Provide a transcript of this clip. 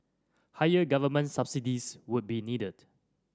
higher government subsidies would be needed